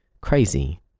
crazy